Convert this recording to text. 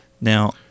Now